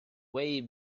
way